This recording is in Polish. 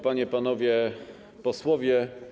Panie i Panowie Posłowie!